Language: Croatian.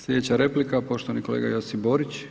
Sljedeća replika poštovani kolega Josip Borić.